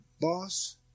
boss